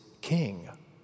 king